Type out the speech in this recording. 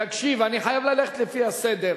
תקשיב, אני חייב ללכת לפי הסדר.